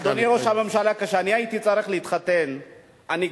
אדוני ראש הממשלה, כשאני הייתי צריך להתחתן גרתי